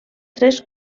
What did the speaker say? tres